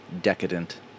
decadent